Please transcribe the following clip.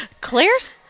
Claire's